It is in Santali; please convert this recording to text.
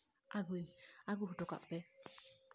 ᱟᱹᱜᱩᱭ ᱟᱹᱜᱩ ᱦᱚᱴᱚ ᱠᱟᱜ ᱯᱮ